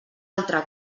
altra